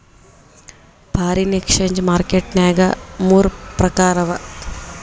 foreign exchange market ನ್ಯಾಗ ಮೂರ್ ಪ್ರಕಾರವ